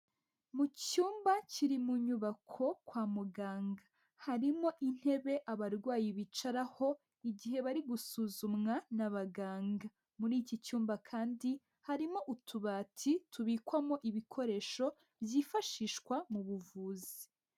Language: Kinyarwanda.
Mu cyumba kiri mu nyubako kwa muganga, harimo intebe abarwayi bicaraho igihe bari gusuzumwa n'abaganga, muri iki cyumba kandi harimo utubati tubikwamo ibikoresho byifashishwa mu buvuzi.